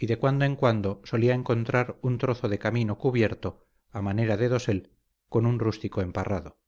y de cuando en cuando solía encontrar un trozo de camino cubierto a manera de dosel con un rústico emparrado